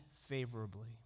favorably